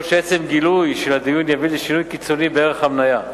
יכול שעצם גילויו של הדיון יביא לשינוי קיצוני בערך המניה,